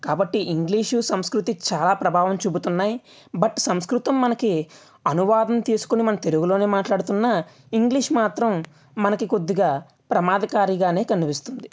కాబట్టి ఇంగ్లీషు సంస్కృతి చాలా ప్రభావం చూపుతున్నాయి బట్ సంస్కృతం మనకి అనువాదం తీసుకుని మన తెలుగులోనే మాట్లాడుతున్న ఇంగ్లీష్ మాత్రం మనకి కొద్దిగా ప్రమాదకారిగానే కనిపిస్తుంది